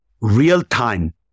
real-time